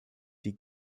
die